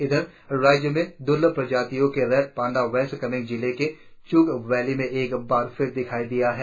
इधर राज्य में द्र्लभ प्रजातियों के रेड पांडा वेस्ट कामेंग जिले के च्ग वैली में एक बार फिर दिखाई दिया है